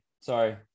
Sorry